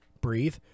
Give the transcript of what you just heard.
breathe